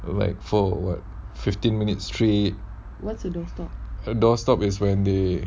like for what fifteen minutes treat the door stop is when they